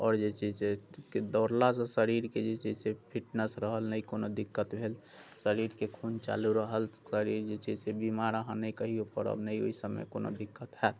आओर जे छै से दौड़ला से शरीरके जे छै से फिटनेस रहल नहि कोनो दिक्कत भेल शरीरके खून चालू रहल शरीर जे छै से बीमार अहाँ नहि कहिओ पड़ब नहि ओहि सभमे कोनो दिक्कत होयत